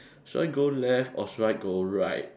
should I go left or should I go right